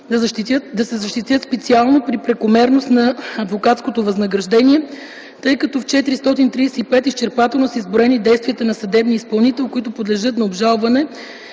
да се защитят специално при прекомерност на адвокатското възнаграждение, тъй като в чл. 435 изчерпателно са изброени действията на съдебния изпълнител, които подлежат на обжалване